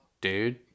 dude